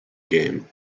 game